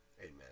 amen